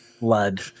Blood